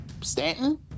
Stanton